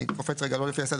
לא לפי הסדר,